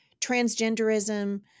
transgenderism